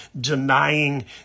denying